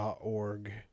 org